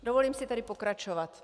Dovolím si tedy pokračovat.